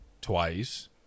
twice